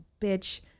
bitch